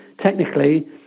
technically